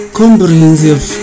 comprehensive